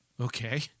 okay